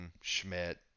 Schmidt